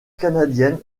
canadienne